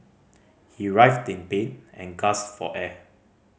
he writhed in pain and gasped for air